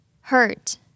hurt